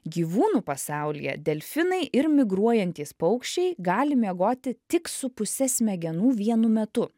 gyvūnų pasaulyje delfinai ir migruojantys paukščiai gali miegoti tik su puse smegenų vienu metu